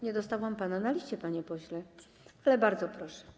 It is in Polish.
Nie mam pana na liście, panie pośle, ale bardzo proszę.